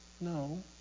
No